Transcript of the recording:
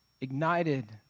ignited